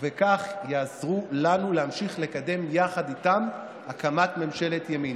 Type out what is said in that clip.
ובכך יעזרו לנו להמשיך לקדם יחד איתם הקמת ממשלת ימין.